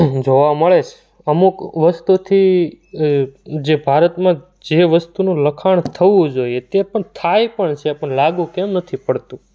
જોવા મળે છે અમુક વસ્તુથી જે ભારતમાં જે વસ્તુનું લખાણ થવું જોએ તે થાય પણ છે પણ લાગુ કેમ નથી પડતું